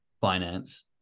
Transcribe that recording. finance